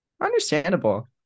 understandable